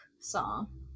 song